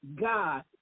God